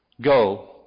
Go